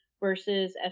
versus